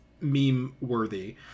meme-worthy